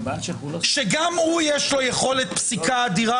שגם הוא יש לו יכולת פסיקה אדירה,